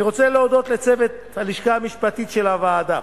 אני רוצה להודות לצוות הלשכה המשפטית של הוועדה,